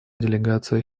делегация